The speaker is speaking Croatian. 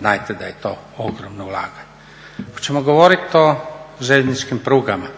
znajte da je to ogromno ulaganje. Hoćemo govorit o željezničkim prugama